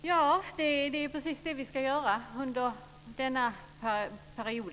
Fru talman! Ja, det är precis det vi ska göra under denna period.